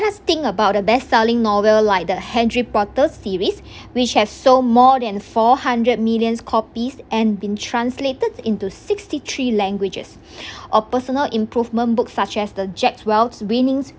let's think about the best selling novel like the harry potter series which have sold more than four hundred million copies and been translated into sixty three languages or personal improvement books such as the jack's welch winnings